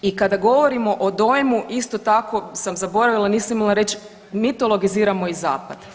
I kada govorimo o dojmu isto tako sam zaboravila nisam … reći mitologiziramo i zapad.